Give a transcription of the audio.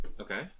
Okay